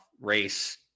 race